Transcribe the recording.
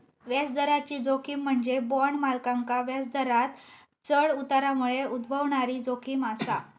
व्याजदराची जोखीम म्हणजे बॉण्ड मालकांका व्याजदरांत चढ उतारामुळे उद्भवणारी जोखीम असा